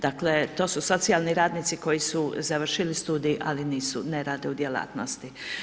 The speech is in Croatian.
Dakle, to su socijalni radnici koji su završili studij, ali nisu, ne rade u djelatnosti.